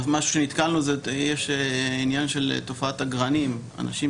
משהו שנתקלנו בו זה התופעה של אגרנים אנשים